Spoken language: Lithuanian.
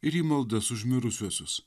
ir į maldas už mirusiuosius